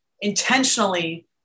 intentionally